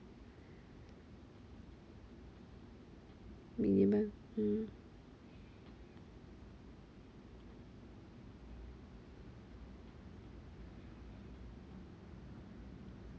minimum mm